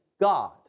God